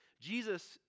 Jesus